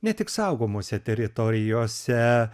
ne tik saugomose teritorijose